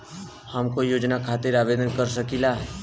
हम कोई योजना खातिर आवेदन कर सकीला?